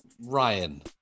Ryan